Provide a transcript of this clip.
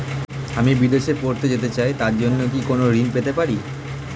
আমি বিদেশে পড়তে যেতে চাই তার জন্য কি কোন ঋণ পেতে পারি?